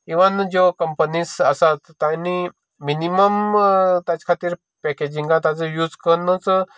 even ज्यो companies आसा तांणी मिनिमम ताजे खातीर पेकिंगाक ताजो यूज करुनूच